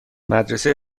مدرسه